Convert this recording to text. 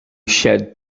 shed